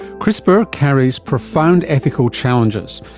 crispr carries profound ethical challenges,